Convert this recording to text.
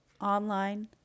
online